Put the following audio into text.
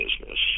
business